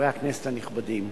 חברי הכנסת הנכבדים,